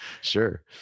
Sure